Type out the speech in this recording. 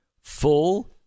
Full